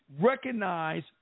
recognize